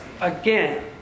again